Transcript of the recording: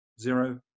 Zero